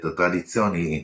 tradizioni